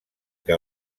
que